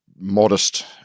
modest